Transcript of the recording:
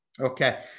Okay